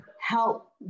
help